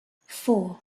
four